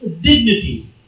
dignity